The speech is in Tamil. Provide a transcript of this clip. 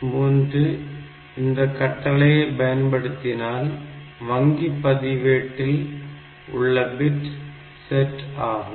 3 இந்தக் கட்டளையை பயன்படுத்தினால் வங்கிப் பதிவேட்டில் உள்ள பிட் செட் ஆகும்